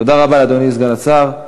תודה רבה לאדוני סגן השר.